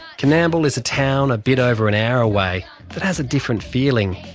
coonamble is a town a bit over an hour away that has a different feeling.